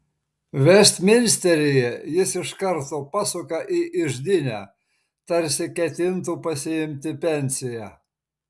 vestminsteryje jis iš karto pasuka į iždinę tarsi ketintų pasiimti pensiją